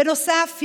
בנוסף,